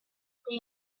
they